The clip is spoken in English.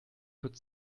could